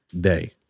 day